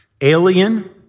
alien